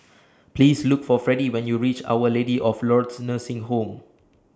Please Look For Fredie when YOU REACH Our Lady of Lourdes Nursing Home